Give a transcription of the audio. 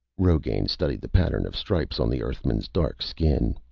rogain studied the pattern of stripes on the earthman's dark skin.